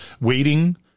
waiting